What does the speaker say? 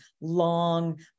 long